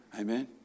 Amen